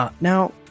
Now